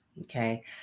Okay